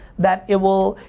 that it will,